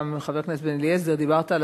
חבר הכנסת בן-אליעזר: דיברת על